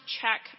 check